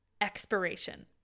expiration